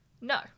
No